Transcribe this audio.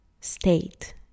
state